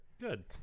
Good